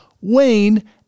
Wayne